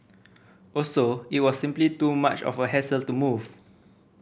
also it was simply too much of a hassle to move